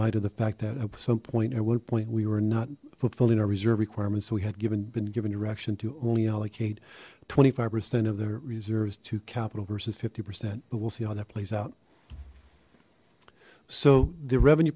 light of the fact that at some point at one point we were not fulfilling our reserve requirements so we had given been given direction to allocate twenty five percent of their reserves to capital versus fifty percent but we'll see how that plays out so the revenue